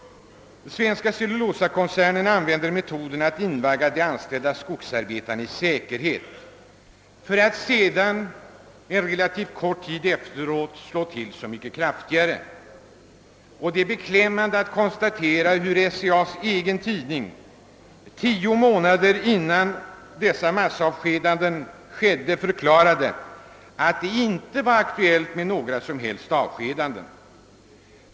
Cellulosakoncernen använder metoden att invagga de anställda skogsarbetarna i säkerhet för att sedan, relativt kort tid efteråt, slå till så mycket kraftigare. Det är beklämmande att konstatera hur SCA:s egen tidning tio månader innan dessa massavskedanden ägde rum förklarade att det inte var aktuellt med några som helst avskedanden.